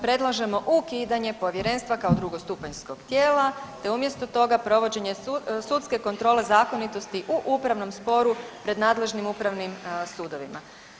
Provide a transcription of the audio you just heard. Predlažemo ukidanje Povjerenstva kao drugostupanjskog tijela te umjesto toga provođenje sudske kontrole zakonitosti u upravnom sporu pred nadležnim upravnim sudovima.